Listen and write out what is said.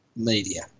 Media